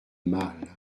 mal